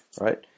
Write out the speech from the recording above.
right